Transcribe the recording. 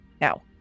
Now